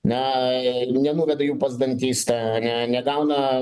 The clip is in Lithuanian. na nenuveda pas dantistą negauna